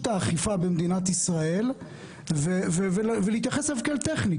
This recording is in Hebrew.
האכיפה במדינת ישראל ולהתייחס אליו כאל טכני,